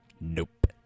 Nope